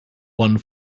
one